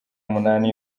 umunani